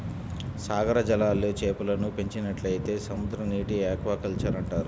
సాగర జలాల్లో చేపలను పెంచినట్లయితే సముద్రనీటి ఆక్వాకల్చర్ అంటారు